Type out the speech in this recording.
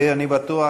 אני בטוח,